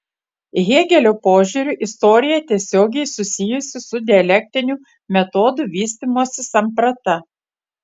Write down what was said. hėgelio požiūriu istorija tiesiogiai susijusi su dialektiniu metodu vystymosi samprata